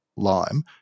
Lime